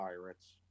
pirates